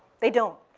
they don't.